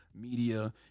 media